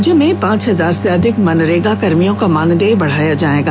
राज्य में पांच हजार से अधिक मनरेगा कर्मियों का मानदेय बढ़ाया जायेगा